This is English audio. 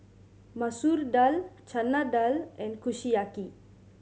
Masoor Dal Chana Dal and Kushiyaki